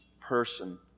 person